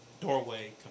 doorway